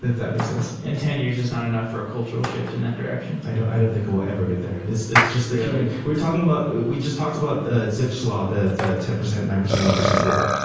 that that makes sense. and ten years is not enough for a cultural shift in that direction i don't i don't think we'll ever get there. it's it's just we're talking about we just talked about zipf's law, the the ten percent, nine percent, one percent rule.